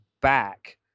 back